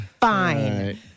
Fine